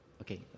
Okay